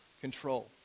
control